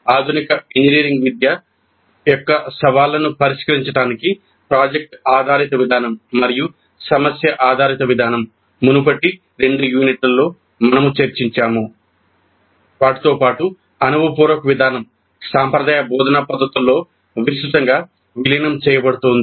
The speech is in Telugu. ఆధునిక ఇంజనీరింగ్ విద్య యొక్క సవాళ్లను పరిష్కరించడానికి ప్రాజెక్ట్ ఆధారిత విధానం మరియు సమస్య ఆధారిత విధానం తో పాటు అనుభవపూర్వక విధానం సాంప్రదాయ బోధనా పద్ధతుల్లో విస్తృతంగా విలీనం చేయబడుతోంది